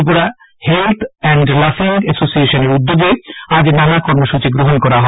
Tripura health and লাফিং এসোসিয়েশনের উদ্যোগে আজ নানা কর্মসূচি গ্রহণ করা হয়